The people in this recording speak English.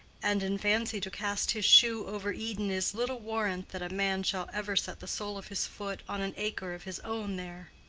and in fancy to cast his shoe over eden is little warrant that a man shall ever set the sole of his foot on an acre of his own there.